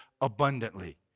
abundantly